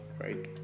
right